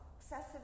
excessive